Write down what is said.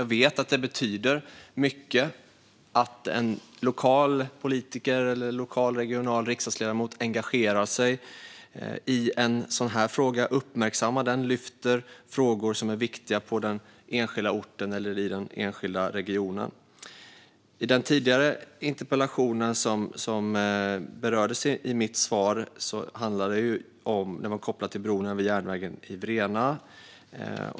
Jag vet att det betyder mycket att en lokal politiker, eller en lokal eller regional riksdagsledamot, engagerar sig i en sådan här fråga och uppmärksammar och lyfter fram frågor som är viktiga på den enskilda orten eller i den enskilda regionen. Den tidigare interpellation som berördes i mitt svar var kopplad till bron över järnvägen i Vrena.